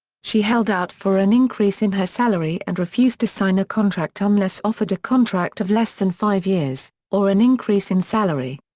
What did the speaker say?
she held out for an increase in her salary and refused to sign a contract um unless offered a contract of less than five years, or an increase in salary.